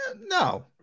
no